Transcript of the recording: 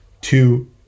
two